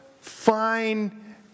fine